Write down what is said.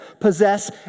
possess